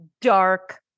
dark